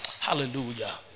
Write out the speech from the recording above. Hallelujah